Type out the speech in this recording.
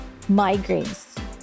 migraines